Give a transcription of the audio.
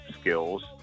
skills